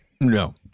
No